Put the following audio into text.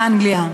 באנגליה,